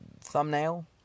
thumbnail